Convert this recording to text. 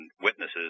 witnesses